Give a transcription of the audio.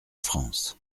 france